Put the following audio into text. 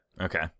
Okay